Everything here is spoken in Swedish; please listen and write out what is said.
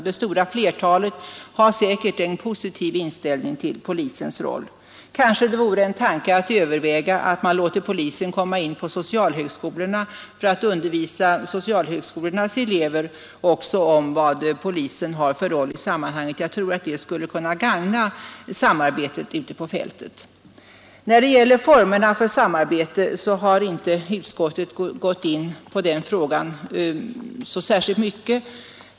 Det stora flertalet har säkert en positiv inställning till polisens roll. Det | kanske vore en tanke att överväga att låta polisen komma in på socialhögskolorna för att undervisa eleverna om polisens roll. Jag tror det skulle gagna samarbetet ute på fältet. Utskottet har inte gått in särskilt mycket på formerna för samarbetet.